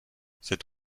cet